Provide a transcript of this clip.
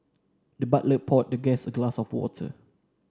the butler poured the guest a glass of water